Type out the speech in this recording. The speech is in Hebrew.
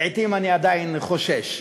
לעתים אני עדיין חושש,